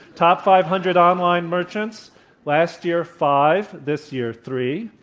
top five hundred online merchants last year, five this year, three.